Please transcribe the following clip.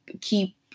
keep